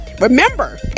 Remember